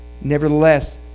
nevertheless